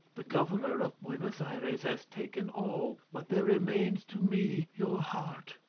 the governor of buenos ayres has taken all, but there remains to me your heart.